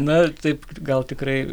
na taip gal tikrai